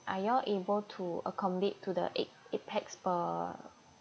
are you all able to accommodate to the eight eight pax per